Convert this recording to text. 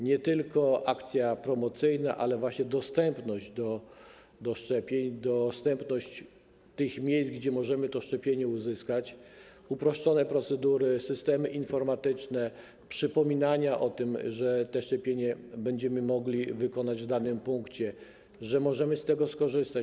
Nie tylko akcja promocyjna, ale właśnie dostępność szczepień, dostępność miejsc, gdzie możemy szczepienie uzyskać, uproszczone procedury, systemy informatyczne, przypominanie o tym, że szczepienie będzie mogli wykonać w danym punkcie, że możemy z tego skorzystać.